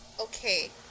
Okay